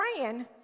praying